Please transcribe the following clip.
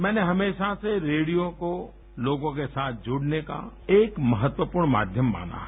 मैंने हमेशा से रेडियो को लोगों के साथ जुड़ने का एक महत्वपूर्ण माध्यम माना है